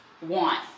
want